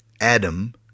Adam